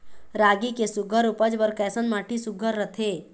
रागी के सुघ्घर उपज बर कैसन माटी सुघ्घर रथे?